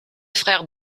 frère